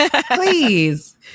Please